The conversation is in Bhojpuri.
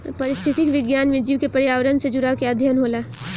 पारिस्थितिक विज्ञान में जीव के पर्यावरण से जुड़ाव के अध्ययन होला